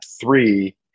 three